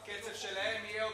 בקצב שלהם יהיה עוד חודש סליחות.